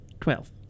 Twelve